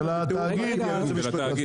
של התאגיד.